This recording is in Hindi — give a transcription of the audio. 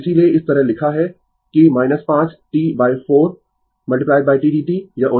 तो इसीलिए इस तरह लिखा है कि 5 T 4 tdt